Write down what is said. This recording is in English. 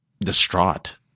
distraught